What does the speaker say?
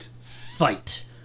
fight